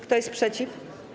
Kto jest przeciw?